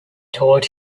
taught